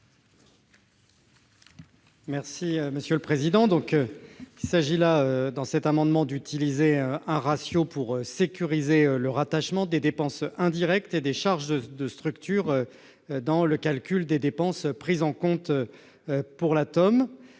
l'amendement n° I-900. Il s'agit, au travers de cet amendement, d'utiliser un ratio pour sécuriser le rattachement des dépenses indirectes et des charges de structure dans le calcul des dépenses prises en compte pour la TEOM.